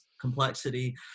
complexity